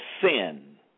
sin